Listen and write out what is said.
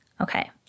Okay